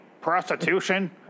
Prostitution